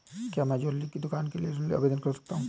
क्या मैं ज्वैलरी की दुकान के लिए ऋण का आवेदन कर सकता हूँ?